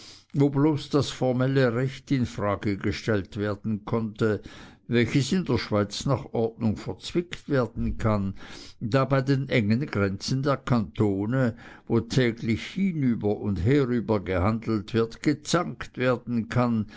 wo bloß das formelle recht in frage gestellt werden konnte welches in der schweiz nach ordnung verzwickt werden kann da bei den engen grenzen der kantone wo täglich hinüber und herüber gehandelt wird gezankt werden kann